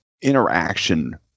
interaction